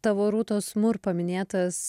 tavo rūtos mur paminėtas